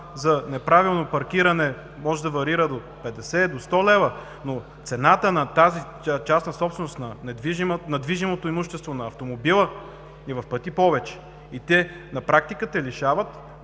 за неправилно паркиране може да варира до 50, до 100 лв. Цената на тази частна собственост, на движимото имущество, на автомобила е в пъти повече и на практика те лишават